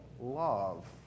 love